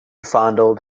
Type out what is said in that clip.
fondled